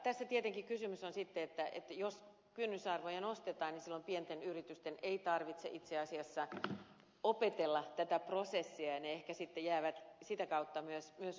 tässä tietenkin kysymys sitten on jos kynnysarvoja nostetaan että silloin pienten yritysten ei tarvitse itse asiassa opetella tätä prosessia ja ne ehkä sitten jäävät sitä kautta myös ulkopuolelle